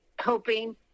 hoping